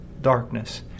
darkness